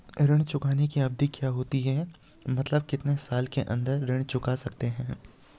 ऋण चुकाने की अवधि क्या होती है मतलब कितने साल के अंदर ऋण चुका सकते हैं?